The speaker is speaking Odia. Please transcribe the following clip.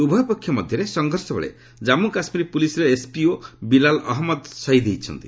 ଉଭୟ ପକ୍ଷ ମଧ୍ୟରେ ସଂଘର୍ଷବେଳେ ଜନ୍ମୁ କାଶ୍ମୀର ପୁଲିସ୍ର ଏସ୍ପିଓ ବିଲାଲ୍ ଅହମ୍ମଦ ଶହୀଦ୍ ହୋଇଛନ୍ତି